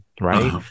right